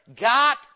got